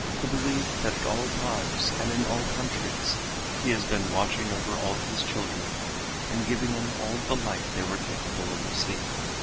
to believe that at all times and in all countries he has been watching over all his children and giving them all the light they were capable of receiving.